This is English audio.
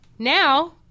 now